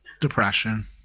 Depression